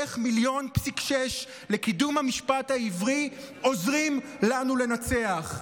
איך 1.6 מיליון לקידום המשפט העברי עוזרים לנו לנצח?